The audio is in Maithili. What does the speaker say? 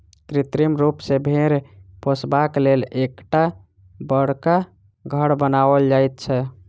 कृत्रिम रूप सॅ भेंड़ पोसबाक लेल एकटा बड़का घर बनाओल जाइत छै